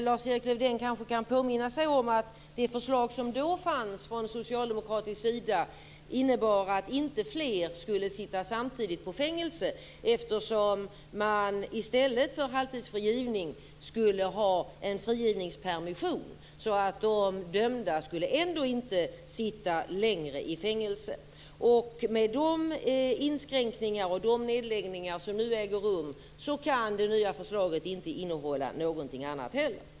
Lars-Erik Lövdén kanske kan påminna sig om att det förslag som då fanns från socialdemokratisk sida innebar att fler inte skulle sitta samtidigt i fängelse eftersom man i stället för halvtidsfrigivning skulle ha en frigivningspermission så att de dömda ändå inte skulle sitta längre i fängelse. Med de inskränkningar och de nedläggningar som nu äger rum kan det nya förslaget inte innehålla någonting annat heller.